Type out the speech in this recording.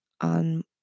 on